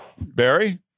Barry